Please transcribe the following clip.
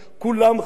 רבים רבים.